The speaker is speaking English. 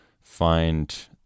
find